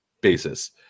basis